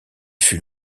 fut